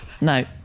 no